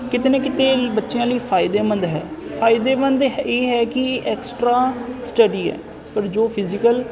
ਕਿਤੇ ਨਾ ਕਿਤੇ ਇਹ ਬੱਚਿਆਂ ਲਈ ਫਾਇਦੇਮੰਦ ਹੈ ਫਾਇਦੇਮੰਦ ਹੈ ਇਹ ਹੈ ਕਿ ਐਕਸਟਰਾ ਸਟਡੀ ਹੈ ਪਰ ਜੋ ਫਿਜੀਕਲ